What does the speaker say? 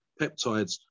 peptides